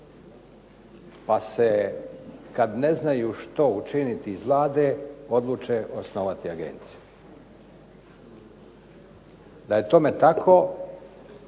Pa se, kad ne znaju što učiniti iz Vlade, odluče osnovati agenciju. Da je tome tako